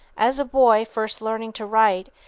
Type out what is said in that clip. as a boy, first learning to write,